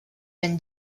been